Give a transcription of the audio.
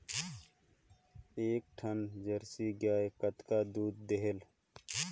एक ठन जरसी गाय कतका दूध देहेल?